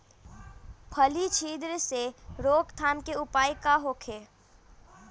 फली छिद्र से रोकथाम के उपाय का होखे?